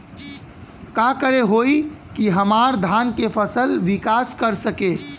का करे होई की हमार धान के फसल विकास कर सके?